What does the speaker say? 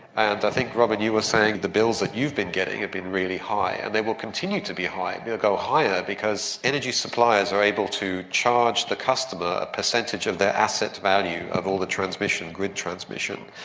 and i think, robyn, you were saying that the bills that you've been getting have been really high, and they will continue to be high, they will go higher because energy suppliers are able to charge the customer a percentage of their asset value of all the transmission, grid transmission.